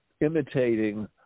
imitating